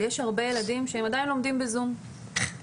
יש הרבה ילדים שהם עדיין לומדים ב-זום באוקראינה.